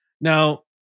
Now